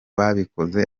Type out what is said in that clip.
babikoze